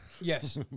Yes